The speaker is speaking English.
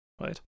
right